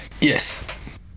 Yes